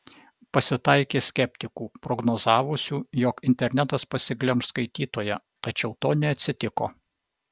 pasitaikė skeptikų prognozavusių jog internetas pasiglemš skaitytoją tačiau to neatsitiko